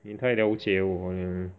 你太了解我 lah